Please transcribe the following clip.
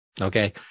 Okay